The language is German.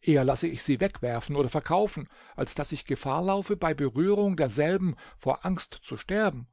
eher lasse ich sie wegwerfen oder verkaufen als daß ich gefahr laufe bei berührung derselben vor angst zu sterben